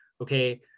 Okay